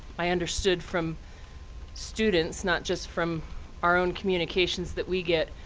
i understood from students, not just from our own communications that we get,